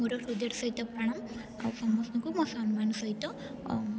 ମୋର ହୃଦୟର ସହିତ ପ୍ରଣାମ ଆଉ ସମସ୍ତଙ୍କୁ ମୋର ସମ୍ମାନ ସହିତ